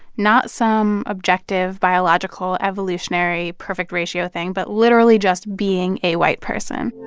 not some objective, biological, evolutionary, perfect-ratio thing, but literally just being a white person